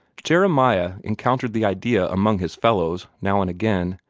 jeremiah encountered the idea among his fellows, now and again,